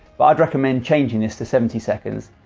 but i'd recommend changing this to seventy seconds.